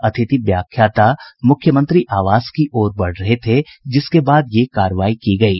अतिथि व्याख्याता मुख्यमंत्री आवास की ओर बढ़ रहे थे जिसके बाद ये कार्रवाई की गयी